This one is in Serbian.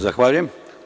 Zahvaljujem.